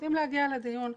מפחדים להגיע לדיון.